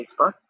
Facebook